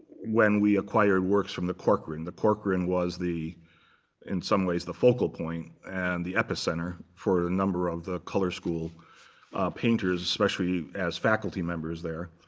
when we acquired works from the corcoran. the corcoran was in some ways the focal point and the epicenter for a number of the color school painters, especially as faculty members there.